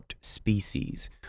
species